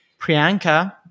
Priyanka